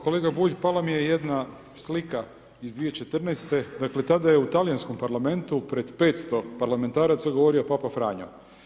Kolega Bulj, pala mi je jedna slika iz 2014., dakle tada je u talijanskom Parlamentu pred 500 parlamentaraca govorio Papa Franjo.